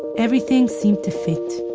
everything seemed to fit.